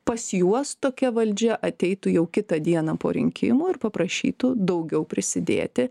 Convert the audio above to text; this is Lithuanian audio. pas juos tokia valdžia ateitų jau kitą dieną po rinkimų ir paprašytų daugiau prisidėti